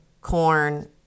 corn